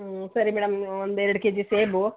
ಹ್ಞೂ ಸರಿ ಮೇಡಮ್ ಒಂದೆರಡು ಕೇಜಿ ಸೇಬು